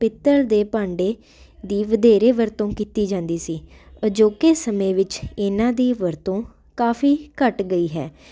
ਪਿੱਤਲ ਦੇ ਭਾਂਡੇ ਦੀ ਵਧੇਰੇ ਵਰਤੋਂ ਕੀਤੀ ਜਾਂਦੀ ਸੀ ਅਜੋਕੇ ਸਮੇਂ ਵਿੱਚ ਇਹਨਾਂ ਦੀ ਵਰਤੋਂ ਕਾਫੀ ਘੱਟ ਗਈ ਹੈ